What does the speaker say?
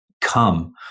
come